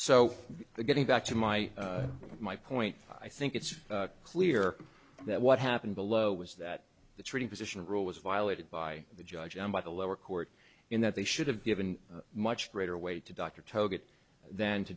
so getting back to my my point i think it's clear that what happened below was that the treating physician rule was violated by the judge and by the lower court in that they should have given much greater weight to doctor told it than to